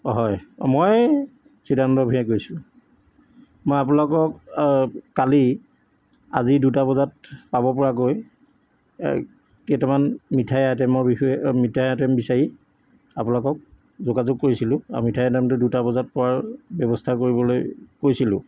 অ' হয় অ' মই চিদানন্দ ভূঞাই কৈছোঁ মই আপোনালোকক কালি আজি দুটা বজাত পাবপৰাকৈ কেইটামান মিঠাই আইটেমৰ বিষয়ে অ' মিঠাই আইটেম বিচাৰি আপোনালোকক যোগাযোগ কৰিছিলোঁ আৰু মিঠাই আইটেমটো দুটা বজাত পোৱাৰ ব্যৱস্থা কৰিবলৈ কৈছিলোঁ